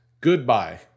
Goodbye